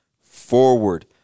forward